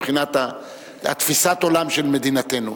מבחינת תפיסת העולם של מדינתנו.